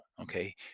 Okay